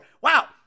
Wow